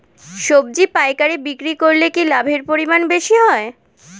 সবজি পাইকারি বিক্রি করলে কি লাভের পরিমাণ বেশি হয়?